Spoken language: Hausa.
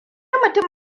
mutum